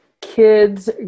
kids